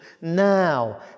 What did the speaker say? now